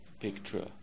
picture